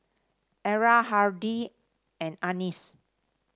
Era Hardy and Annis